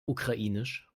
ukrainisch